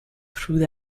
through